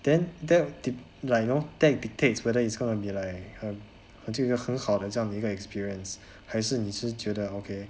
then that dep~ like you know that dictates whether it's gonna be like a 一个很好的这样的一个 experience 还是你是觉得 okay